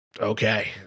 okay